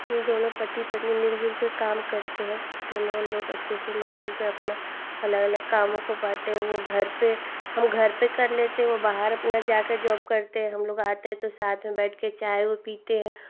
हम दोनों पति पत्नी मिलजुल के काम करते हैं दोनों लोग अच्छे से मिलजुल के अपना अलग अलग कामों को बाटें वो घर पे हम घर पर कर लेते वो बाहर अपना जा कर जॉब करते हैं हम लोग आते हैं तो साथ में बैठ कर चाय वाय पीते हैं